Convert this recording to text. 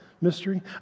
mystery